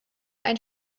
ein